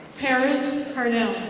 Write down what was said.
paris parnell.